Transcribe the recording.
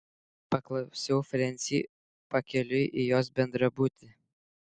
paklausiau frensį pakeliui į jos bendrabutį